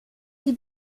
die